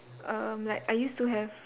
um like I used to have